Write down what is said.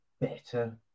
better